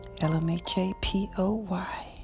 L-M-H-A-P-O-Y